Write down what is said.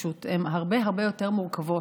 פשוט הן הרבה הרבה יותר מורכבות,